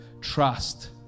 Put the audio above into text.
Trust